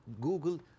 Google